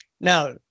Now